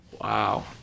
Wow